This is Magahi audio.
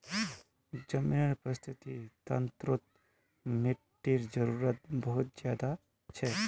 ज़मीनेर परिस्थ्तिर तंत्रोत मिटटीर जरूरत बहुत ज़्यादा छे